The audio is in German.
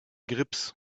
grips